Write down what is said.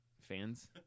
fans